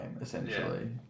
essentially